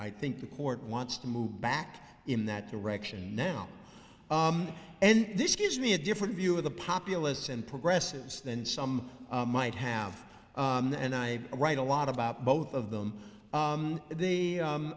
i think the court wants to move back in that direction now and this gives me a different view of the populace and progressives than some might have and i write a lot about both of them but they